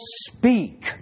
speak